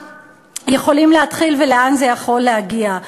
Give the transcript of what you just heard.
יכולות להתחיל ולאן זה יכול להגיע.